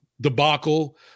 debacle